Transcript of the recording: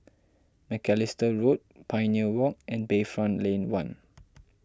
Macalister Road Pioneer Walk and Bayfront Lane one